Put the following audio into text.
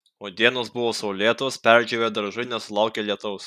o dienos buvo saulėtos perdžiūvę daržai nesulaukė lietaus